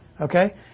okay